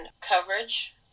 coverage